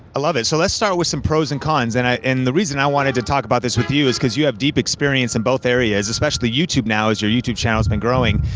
i love it, so let's start with some pros and cons. and and the reason i wanted to talk about this with you is because you have deep experience in both areas, especially youtube now as your youtube channel's been growing.